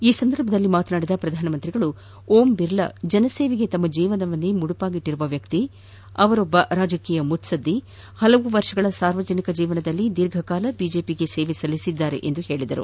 ಈ ಸಂದರ್ಭದಲ್ಲಿ ಮಾತನಾಡಿದ ಪ್ರಧಾನಮಂತ್ರಿ ನರೇಂದ ಮೋದಿ ಓಂ ಬಿರ್ಲಾ ಜನಸೇವೆಗೆ ತಮ್ಮ ಜೀವನವನ್ನೇ ಮುಡುಪಿಟ್ಟಿರುವ ವ್ಯಕ್ತಿ ಓಂ ಬಿರ್ಲಾ ಅವರೊಬ್ಬ ರಾಜಕೀಯ ಮುತ್ಪದ್ದಿ ಹಲವಾರು ವರ್ಷಗಳ ಸಾರ್ವಜನಿಕ ಜೀವನದಲ್ಲಿ ದೀರ್ಘಕಾಲ ಬಿಜೆಪಿಗೆ ಸೇವೆ ಸಲ್ಲಿಸಿದ್ದಾರೆ ಎಂದು ಹೇಳಿದರು